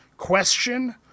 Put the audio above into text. Question